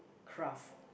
craft